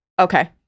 Okay